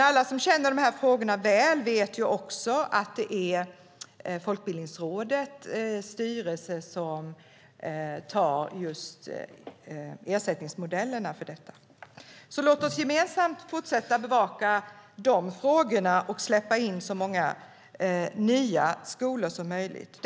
Alla som känner de här frågorna väl vet också att det är Folkbildningsrådets styrelse som antar ersättningsmodellerna. Låt oss gemensamt fortsätta att bevaka de frågorna och släppa in så många nya skolor som möjligt.